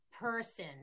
person